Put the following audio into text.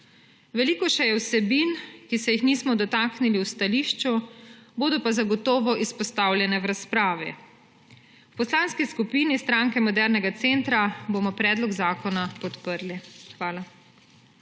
Veliko je še vsebin, ki se jih nismo dotaknili v stališču, bodo pa zagotovo izpostavljena v razpravi. V Poslanski skupini Stranke modernega centra bomo predlog zakona podprli. Hvala.